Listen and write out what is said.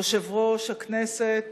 יושב-ראש הכנסת